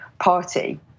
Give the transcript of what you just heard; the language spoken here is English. party